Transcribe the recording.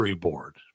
board